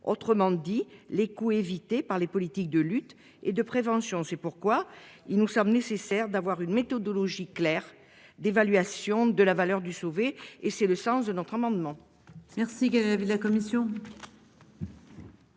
autrement dit les coûts évités par les politiques de lutte et de prévention. C'est pourquoi il nous sommes nécessaire d'avoir une méthodologie claire d'évaluation de la valeur du sauver et c'est le sens de notre amendement.